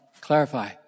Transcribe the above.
clarify